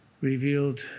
revealed